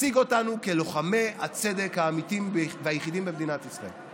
תציג אותנו כלוחמי הצדק האמיתיים והיחידים במדינת ישראל.